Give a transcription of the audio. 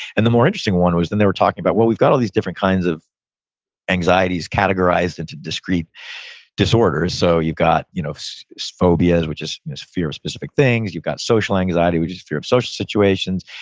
and the more interesting one was then they were talking about, well, we've got all these different kinds of anxieties categorized into discrete disorders. so you've got you know phobias, which is is fear of specific things, you've got social anxiety, which is fear of social situations.